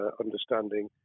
understanding